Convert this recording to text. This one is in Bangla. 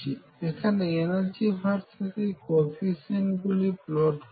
এখন এনার্জি ভার্সেস এই কোইফিশিয়েন্ট গুলি প্লট করবো